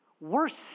Worse